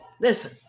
listen